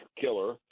killer